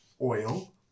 oil